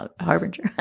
Harbinger